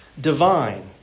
divine